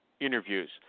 interviews